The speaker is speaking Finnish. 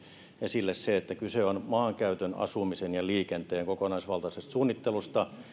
esille se että kyse on maankäytön asumisen ja liikenteen kokonaisvaltaisesta suunnittelusta